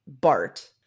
Bart